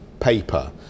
paper